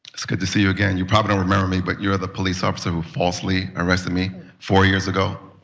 it's good to see you again. you probably don't remember me, but you're the police officer who falsely arrested me four years ago.